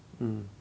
mm